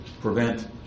prevent